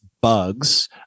bugs